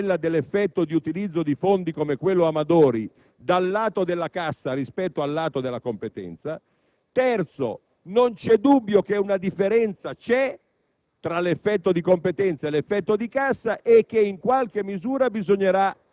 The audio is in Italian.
bisogna riconoscere che è questione molto controversa quella dell'effetto di utilizzo di fondi, come quello Amadori, sul lato della cassa rispetto a quello della competenza; in terzo luogo, non c'è dubbio che esiste una differenza tra